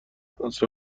عصر